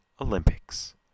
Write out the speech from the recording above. Olympics